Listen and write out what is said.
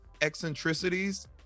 eccentricities